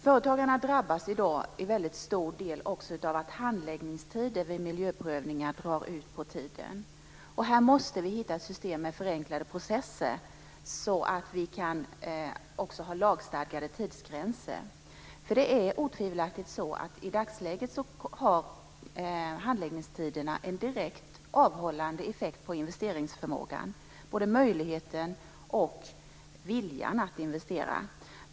Företagarna drabbas i dag till stor del också av att handläggningstiderna vid miljöprövningar drar ut på tiden. Här måste vi hitta ett system med förenklade processer, så att vi kan ha lagstadgade tidsgränser. Det är otvivelaktigt så att i dagsläget har handläggningstiderna en direkt avhållande effekt på investeringsförmågan, på både möjligheten och viljan att investera.